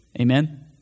Amen